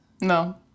No